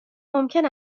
ممکن